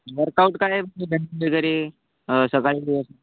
workout काय करायचं घरी सकाळी दिवस